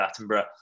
Attenborough